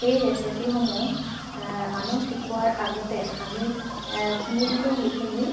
সেই ৰেচিপিসমূহ আনক শিকোৱাৰ আগতে আমি ধুনীয়াকৈ সেইখিনি